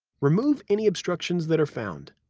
remove any obstructions that are found.